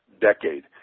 decade